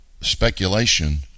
speculation